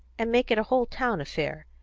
and make it a whole-town affair.